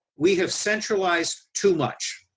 we have centralized too much.